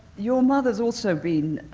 your mother's also been